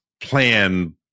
plan